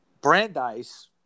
Brandeis